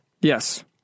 Yes